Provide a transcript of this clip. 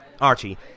archie